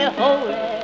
holy